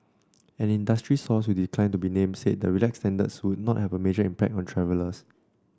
an industry source who declined to be named said the relaxed standards would not have a major impact on travellers